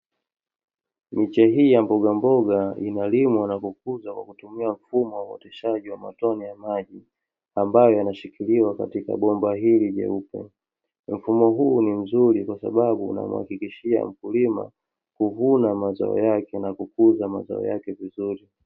Miche hii ya mbogamboga inalimwa na kukuzwa kwa kutumia mfumo uotosheshaji wa tone la maji ambao yanashikiriwa katika bomba hili jeupe. Mfumo huu ni mzuri kwasababu una muhakikishia mkulima kuvuna mazao yake na kukuza mazao yake vizuri.